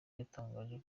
yatangaje